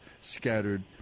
scattered